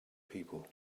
people